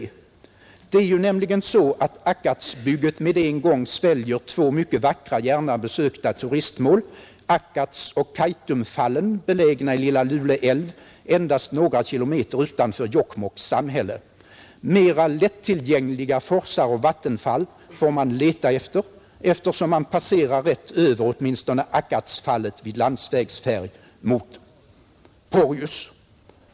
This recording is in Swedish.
Det är ju nämligen så att Akkatsbygget med en gång sväljer två mycket vackra, gärna besökta turistmål — Akkatsoch Kaitumfallen belägna i Lilla Lule älv endast några km utanför Jokkmokks samhälle. Mera lättillgängliga forsar och vattenfall får man leta efter, eftersom man passerar rätt över åtminstone Akkatsfallet vid landsvägsfärd mot Porjus.